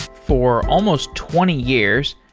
for almost twenty years,